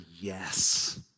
yes